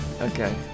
Okay